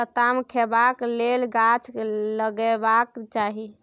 लताम खेबाक लेल गाछ लगेबाक चाही